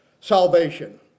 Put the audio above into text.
salvation